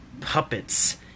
puppets